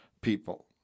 people